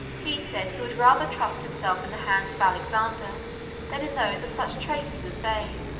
he said he would rather trust himself in the hands of alexander than in those of such traitors as they.